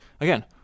again